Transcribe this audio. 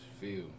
feel